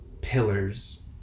pillars